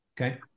Okay